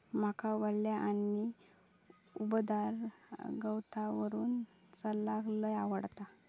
माका वल्या आणि उबदार गवतावरून चलाक लय आवडता